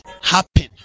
happen